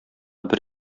бер